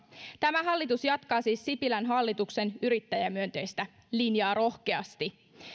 tämä hallitus jatkaa siis sipilän hallituksen yrittäjämyönteistä linjaa rohkeasti